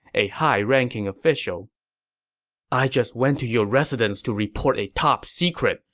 a high-ranking official i just went to your residence to report a top secret,